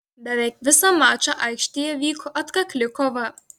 beveik visą mačą aikštėje vyko atkakli kova